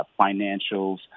financials